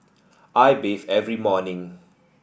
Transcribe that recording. I bathe every morning